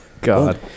God